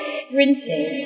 sprinting